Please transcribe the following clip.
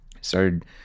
Started